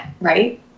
right